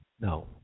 No